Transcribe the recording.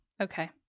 Okay